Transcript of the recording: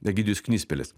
egidijus knispelis